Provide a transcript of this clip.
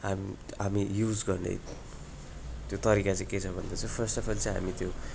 हाम हामी युज गर्ने त्यो तरिका चाहिँ के छ भन्दा चाहिँ फर्स्ट अब् अल चाहिँ हामी त्यो